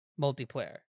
multiplayer